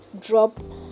drop